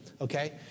Okay